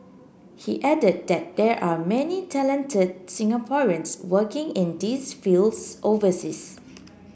he added that there are many talented Singaporeans working in these fields overseas